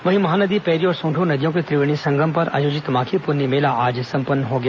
वहीं महानदी पैरी और सोंढूर नदियों के त्रिवेणी संगम पर आयोजित माघी पुन्नी मेला आज संपन्न हो गया